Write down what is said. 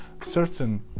certain